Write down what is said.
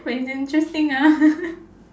but it's interesting ah